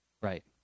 Right